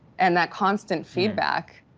and that constant feedback,